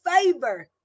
favor